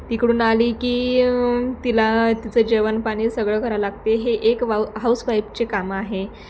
तिकडून आली की तिला तिचं जेवण पाणी सगळं करावं लागते हे एक वाऊ हाऊस वाईफचे कामं आहे